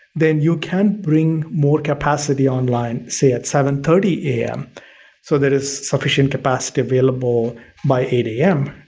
then you can't bring more capacity online say at seven thirty a m so that is sufficient capacity available by eight a m.